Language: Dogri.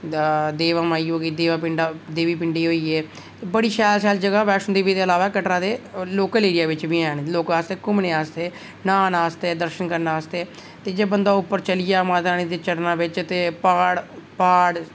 देवा माई होई गेई देवी पिंडी होई गए बड़ी शैल शैल जगह वैष्णो देवी दे अलावा कटड़ा दे लोकल एरिया बिच बी हैन लोकां आस्तै घुम्मने आस्तै न्हान आस्तै दर्शन करन आस्तै ते बंदा उप्पर चली जा माता रानी दे चरणां बिच ते प्हाड़ प्हाड़